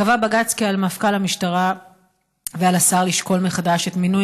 קבע בג"ץ כי על מפכ"ל המשטרה ועל השר לשקול מחדש את מינוי